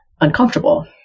uncomfortable